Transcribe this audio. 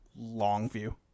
Longview